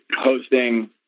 hosting